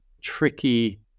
tricky